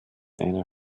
einer